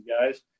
guys